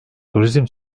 turizm